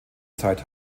zeit